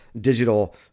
digital